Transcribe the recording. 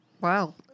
Wow